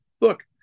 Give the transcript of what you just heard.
look